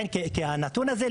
הנתון הזה,